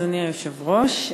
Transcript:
אדוני היושב-ראש,